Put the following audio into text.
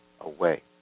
away